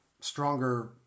stronger